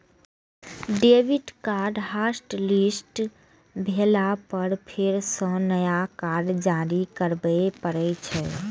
debit card hotlist भेला पर फेर सं नया कार्ड जारी करबे पड़ै छै